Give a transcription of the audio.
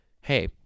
hey